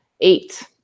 eight